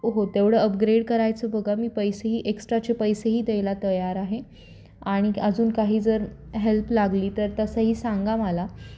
हो तेवढं अपग्रेड करायचं बघा मी पैसेही एक्स्ट्राचे पैसेही द्यायला तयार आहे आणि अजून काही जर हेल्प लागली तर तसंही सांगा मला